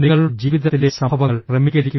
നിങ്ങളുടെ ജീവിതത്തിലെ സംഭവങ്ങൾ ക്രമീകരിക്കുക